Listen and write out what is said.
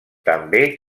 també